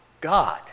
God